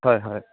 হয় হয়